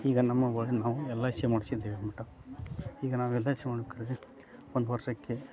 ಈಗ ನಮ್ಮ ಬ ನಾವು ಎಲ್ ಐ ಸಿ ಮಾಡಿಸಿದ್ದೇವೆ ಮೇಡಮ್ ಈಗ ನಾವ್ ಎಲ್ ಐ ಸಿ ಒಂದು ಒಂದು ವರ್ಷಕ್ಕೆ